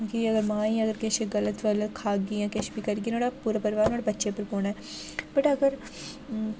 क्योंकि अगर मां ई अगर किश गलत फलत खाह्गियां किश बी करगी नुहाड़ा पूरा प्रभाव नुहाड़े बच्चे पर पौना वट् अगर अ